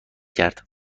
کرد